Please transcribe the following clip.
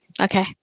Okay